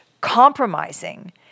Compromising